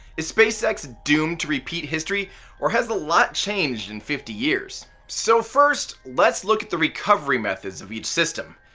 is spacex doomed to repeat history or has a lot changed in fifty years? so first, let's look at the recovery methods of each system.